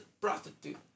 prostitute